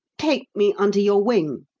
take me under your wing.